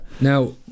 Now